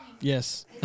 Yes